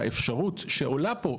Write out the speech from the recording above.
האפשרות שעולה פה,